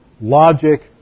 logic